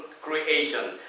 creation